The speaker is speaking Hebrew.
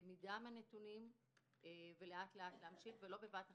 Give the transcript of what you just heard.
למידה מהנתונים ולאט-לאט להמשיך ולא בבת אחת,